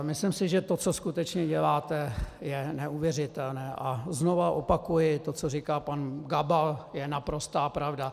Myslím si, že to, co skutečně děláte, je neuvěřitelné, a znovu opakuji: To, co říká pan Gabal, je naprostá pravda.